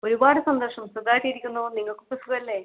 ഒരുപാട് സന്തോഷം സുഖമായിട്ടിരിക്കുന്നു നിങ്ങൾക്കൊക്കെ സുഖമല്ലേ